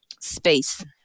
space